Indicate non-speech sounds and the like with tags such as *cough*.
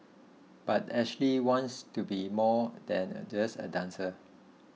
but Ashley wants to be more than *hesitation* just a dancer